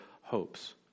hopes